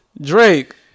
Drake